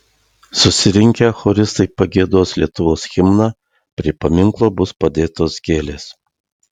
susirinkę choristai pagiedos lietuvos himną prie paminklo bus padėtos gėlės